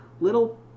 little